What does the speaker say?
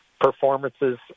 performances